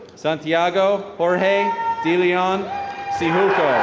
santiago jorge de leon sihuko.